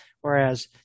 Whereas